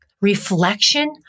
Reflection